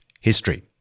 History